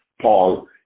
Paul